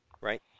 right